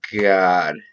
God